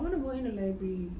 I want to work in a library